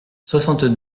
soixante